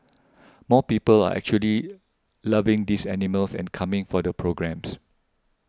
more people are actually loving these animals and coming for the programmes